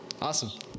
Awesome